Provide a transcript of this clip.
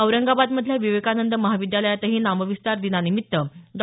औरंगाबादमधल्या विवेकानंद महाविद्यालयातही नामविस्तार दिनानिमित्त डॉ